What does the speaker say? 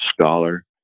scholar